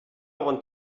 want